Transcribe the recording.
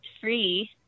free